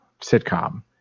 sitcom